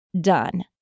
Done